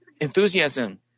enthusiasm